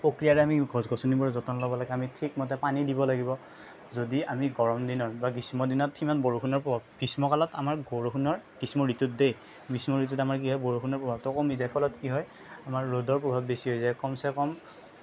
প্ৰক্ৰিয়াৰে আমি গছ গছনিবোৰৰ যতন ল'ব লাগে আমি ঠিক মতে পানী দিব লাগিব যদি আমি গৰম দিনত বা গ্ৰীষ্ম দিনত সিমান বৰষুণৰ প্ৰভাৱ গ্ৰীষ্মকালত আমাৰ বৰষুণৰ গ্ৰীষ্ম ঋতুত দেই গ্ৰীষ্ম ঋতুত আমাৰ কি হয় বৰষুণৰ প্ৰভাৱটো কমি যায় ফলত কি হয় আমাৰ ৰ'দৰ প্ৰভাৱ বেছি হৈ যায় কমচে কম